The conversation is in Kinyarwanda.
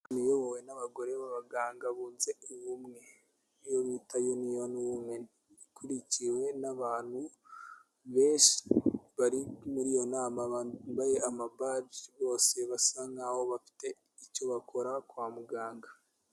Inama iyobowe n'abagore b'abaganga bunze ubumwe, iyo bita union women. Ikurikiwe n'abantu benshi bari muri iyo nama bambaye ama baji, bose basa nkaho bafite icyo bakora kwa muganga.